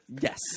Yes